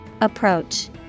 Approach